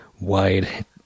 wide